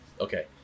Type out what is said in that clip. Okay